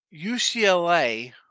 UCLA